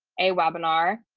a webinar,